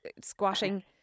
squatting